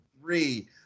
three